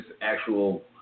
actual